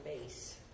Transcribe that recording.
base